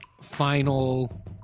final